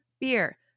beer